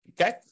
Okay